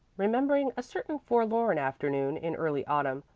remembering a certain forlorn afternoon in early autumn,